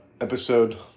episode